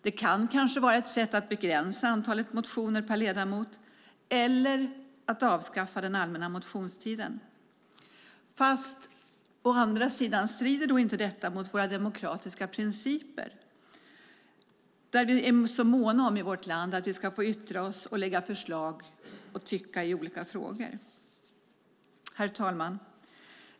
Ett sätt kanske kan vara att begränsa antalet motioner per ledamot eller att avskaffa den allmänna motionstiden. Fast strider å andra sidan inte detta mot de demokratiska principerna i vårt land, där vi är så måna om att slå fast att vi får lägga fram förslag, yttra oss och tycka i olika frågor? Herr talman!